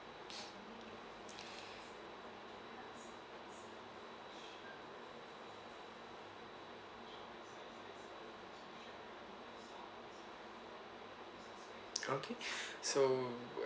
okay so